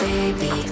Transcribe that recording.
Baby